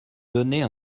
donner